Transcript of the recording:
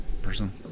Person